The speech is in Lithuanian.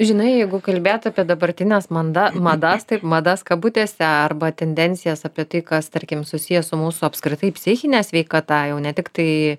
žinai jeigu kalbėt apie dabartines manda madas taip madas kabutėse arba tendencijas apie tai kas tarkim susiję su mūsų apskritai psichine sveikata jau ne tiktai